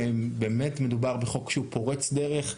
באמת מדובר בחוק שהוא פורץ דרך.